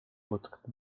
putukate